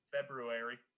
February